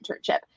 internship